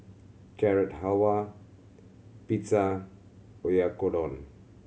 Carrot Halwa Pizza Oyakodon